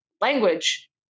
language